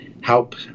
help